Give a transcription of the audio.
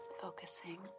focusing